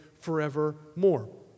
forevermore